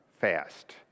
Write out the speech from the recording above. fast